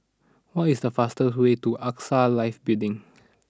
what is the fastest way to Axa Life Building